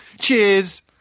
Cheers